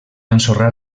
ensorrar